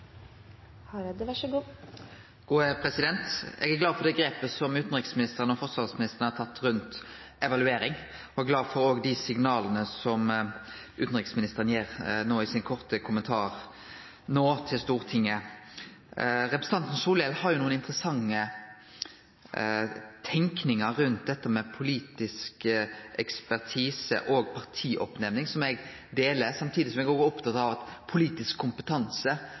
glad for det grepet som utanriksministeren og forsvarsministeren har tatt rundt evaluering, og eg er òg glad for dei signala som utanriksministeren gir no i sin korte kommentar til Stortinget. Representanten Solhjell hadde nokre interessante tankar rundt dette med politisk ekspertise og partioppnemning, som eg deler, samtidig som eg òg er opptatt av at politisk kompetanse